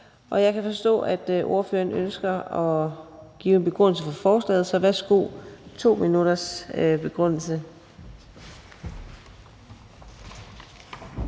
Jeg kan forstå, at ordføreren ønsker at give en begrundelse for forslaget. Værsgo. Kl. 19:58 Begrundelse